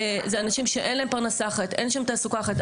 אנשים שאין להם פרנסה ותעסוקה אחרת.